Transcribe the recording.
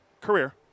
career